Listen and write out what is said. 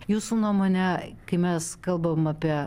jūsų nuomone kai mes kalbam apie